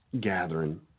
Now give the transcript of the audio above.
gathering